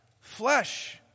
Flesh